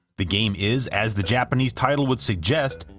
the game is, as the japanese title would suggest,